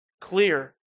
clear